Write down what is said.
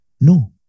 No